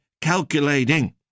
calculating